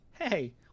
hey